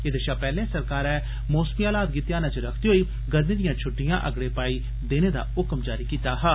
एह्दे शा पैहले सरकारै मौसमी हालात गी ध्यानै च रक्खदे होई गर्मी दिया छुट्टियां अगड़े पाई देने दा हुक्म जारी कीता हा